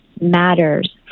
matters